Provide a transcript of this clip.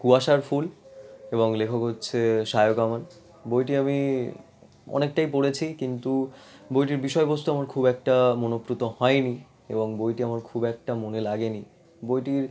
কুয়াশার ফুল এবং লেখক হচ্ছে সায়ক আমান বইটি আমি অনেকটাই পড়েছি কিন্তু বইটির বিষয়বস্তু আমার খুব একটা মনঃপূত হয়নি এবং বইটি আমার খুব একটা মনে লাগেনি বইটি